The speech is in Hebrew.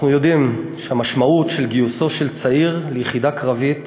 אנחנו יודעים שהמשמעות של גיוסו של צעיר ליחידה קרבית